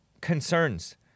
concerns